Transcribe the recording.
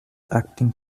acting